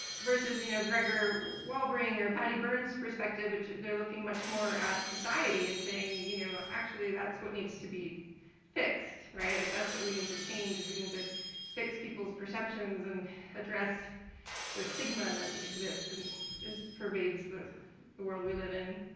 versus you know, gregor walbring or patty burns perspective which they're looking much more at society and saying you know, actually, that's what needs to be fixed. right? like that's what we need to change is we need to fix people's perceptions and address the stigma that exists and is pervades the the world we live in.